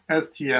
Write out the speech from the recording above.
STS